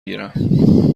گیرم